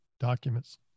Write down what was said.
documents